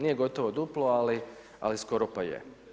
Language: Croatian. Nije gotovo duplo ali skoro pa je.